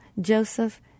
Joseph